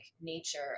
nature